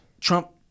Trump –